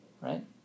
right